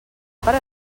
per